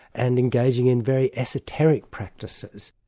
and engaging in very esoteric practices.